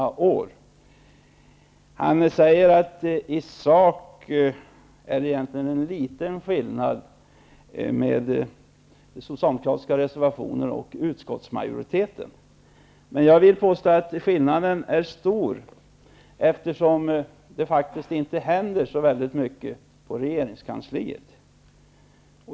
Ivar Franzén säger att det i sak egentligen är liten skillnad mellan de socialdemokratiska reservationerna och utskottsmajoritetens förslag. Men jag vill påstå att skillnaden är stor, eftersom det faktiskt inte händer så väldigt mycket i regeringskansliet.